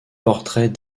portraits